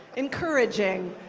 encouraging.